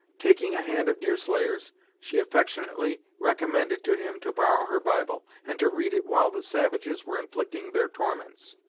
taking a hand of deerslayer's she affectionately recommended to him to borrow her bible, and to read it while the savages were inflicting their torments.